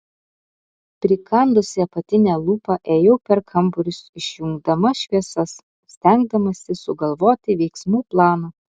prikandusi apatinę lūpą ėjau per kambarius išjungdama šviesas stengdamasi sugalvoti veiksmų planą